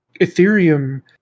Ethereum